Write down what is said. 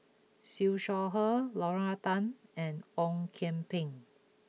Siew Shaw Her Lorna Tan and Ong Kian Peng